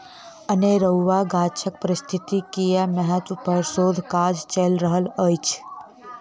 अनेरुआ गाछक पारिस्थितिकीय महत्व पर शोध काज चैल रहल अछि